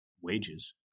wages